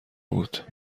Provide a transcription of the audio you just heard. بود